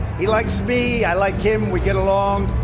he likes me. i like him. we get along.